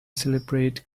celebrate